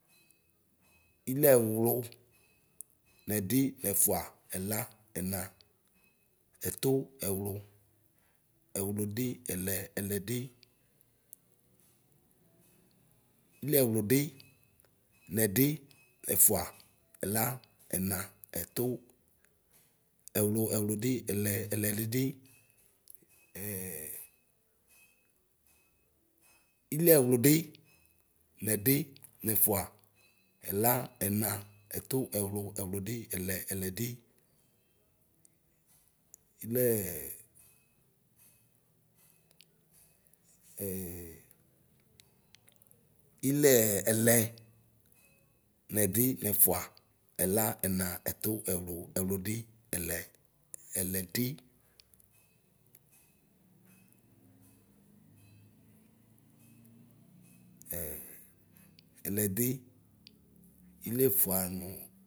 Ilieɛlu, nɛdi, nɛfua, ɛla. bna, ɛtu, ɛwlʋ, ɛwlʋdʋ, ɛlɛ, ɛlɛdʋ. iliɛwludʋ, nɛdi, ɛfua, ɛla, ɛna, ɛtʋ, ɛwlʋ, ɛwlʋdi, ɛlɛ, ɛlɛdidi, ɛɛ. iliɛwudʋ. nɛdʋ. nɛfua, ɛla, ɛna, ɛtʋ, ɛwlʋ, ɛlwʋdʋ, ɛlɛ, ɛlɛdʋ, ɛ, ilɛɛ, ɛlɛ. nɛdi, nɛfua, ɛla, ɛna, ɛtʋ, ɛwlʋ, ɛwlʋdʋ, ɛlɛ, ɛlɛdʋ, ɛlɛdʋ. iliefuanu.